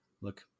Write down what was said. look